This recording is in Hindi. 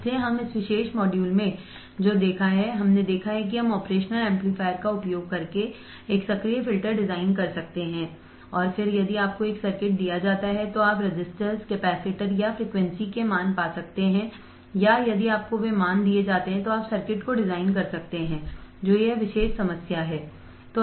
इसलिए हमने इस विशेष मॉड्यूल में जो देखा है हमने देखा है कि हम ऑपरेशनल एम्पलीफायर का उपयोग करके एक सक्रिय फ़िल्टर डिज़ाइन कर सकते हैं और फिर यदि आपको एक सर्किट दिया जाता है तो आप रेसिस्टर्स कैपेसिटर या फ़्रीक्वेंसी के मान पा सकते हैं या यदि आपको वे मान दिए जाते हैं तो आप सर्किट को डिजाइन कर सकते हैं जो यह विशेष समस्या है